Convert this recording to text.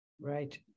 Right